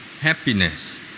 happiness